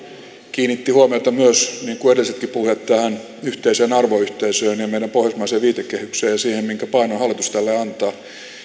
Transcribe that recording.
kiinnitti huomiota myös niin kuin edellisetkin puhujat tähän yhteiseen arvoyhteisöön ja meidän pohjoismaiseen viitekehykseen ja siihen minkä painon hallitus tälle antaa